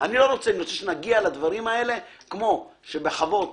אני רוצה שנגיע לדברים האלה כמו שבחוות